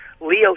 Leo